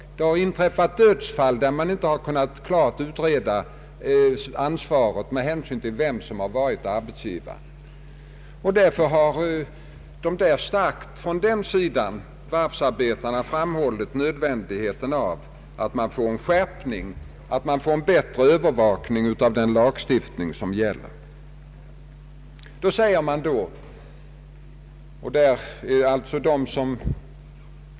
Dödsfall har inträffat där det inte helt har kunnat utredas vem som varit arbetsgivare och därmed bär ansvaret. Varvsarbetarna har därför framhållit nödvändigheten av en skärpt övervakning av gällande lagstiftning.